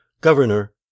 Governor